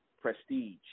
prestige